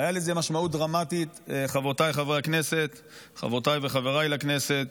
הייתה לזה משמעות דרמטית, חברותיי וחבריי לכנסת: